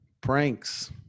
Pranks